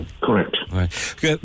correct